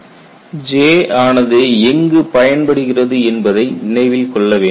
J ஆனது எங்கு பயன்படுகிறது என்பதை நினைவில் கொள்ளவேண்டும்